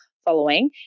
following